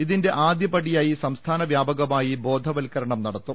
ഇതിന്റെ ആദ്യപടിയായി സംസ്ഥാന വ്യാപകമായി ബോധവത്കര ണം നടത്തും